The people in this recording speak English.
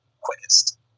quickest